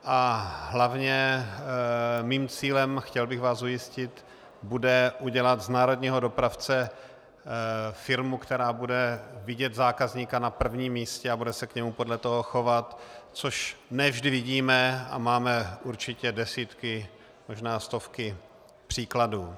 A hlavně mým cílem, chtěl bych vás ujistit, bude udělat z národního dopravce firmu, která bude vidět zákazníka na prvním místě a bude se k němu podle toho chovat, což ne vždy vidíme, a máme určitě desítky, možná stovky příkladů.